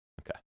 okay